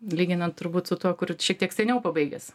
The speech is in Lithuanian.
lyginant turbūt su tuo kur šiek tiek seniau pabaigęs